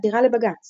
עתירה לבג"ץ